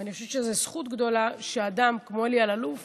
ואני חושבת שזו זכות גדולה שאדם כמו אלי אלאלוף